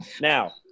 Now